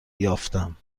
یافتم